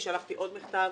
אני שלחתי עוד מכתב